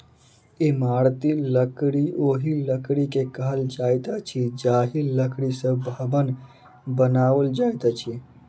इमारती लकड़ी ओहि लकड़ी के कहल जाइत अछि जाहि लकड़ी सॅ भवन बनाओल जाइत अछि